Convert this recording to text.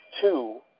two